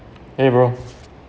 !hey! bro